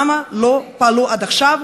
למה לא פעלו עד עכשיו,